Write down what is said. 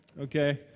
Okay